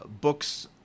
books